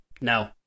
No